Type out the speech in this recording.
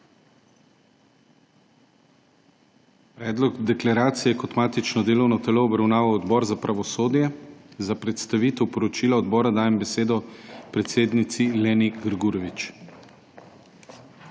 Predlog deklaracije je kot matično delovno telo obravnaval Odbor za pravosodje. Za predstavitev poročila odbora dajem besedo predsednici Leni Grgurevič.